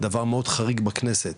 דבר מאוד חריג בכנסת,